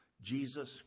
Jesus